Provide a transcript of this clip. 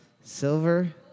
Silver